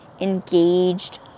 engaged